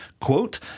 quote